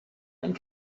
and